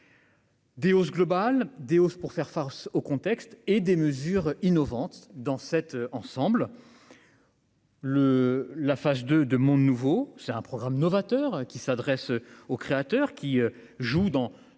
des hausse globale de hausse pour faire face au contexte et des mesures innovantes dans cet ensemble. Le la phase de de monde nouveau, c'est un programme novateur qui s'adresse aux créateurs qui jouent dans